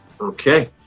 Okay